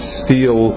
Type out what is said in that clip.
steel